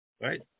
Right